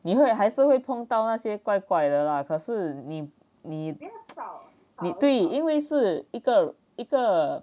你会还是会碰到那些怪怪的啦可是你你 你对因为是一个一个